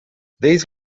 these